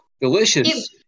delicious